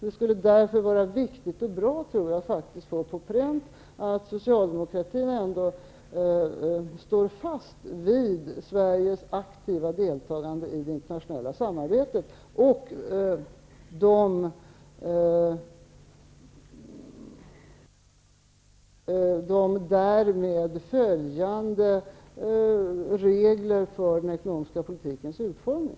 Det är därför viktigt och bra att få på pränt att socialdemokraterna ändå står fast vid Sveriges aktiva deltagande i det internationella samarbetet och de därmed följande förutsättningarna för den ekonomiska politikens utformning.